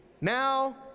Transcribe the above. Now